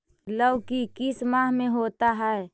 लव की किस माह में होता है?